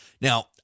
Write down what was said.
Now